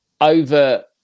over